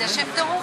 חברת הכנסת גרמן.